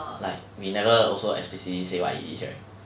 like we never also explicitly say what it is right